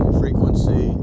frequency